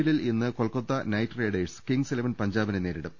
എലിൽ ഇന്ന് Kolkata Knight Riders Kings Eleven പഞ്ചാബിനെ നേരിടും